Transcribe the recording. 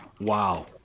Wow